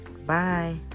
Bye